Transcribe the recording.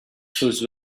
whose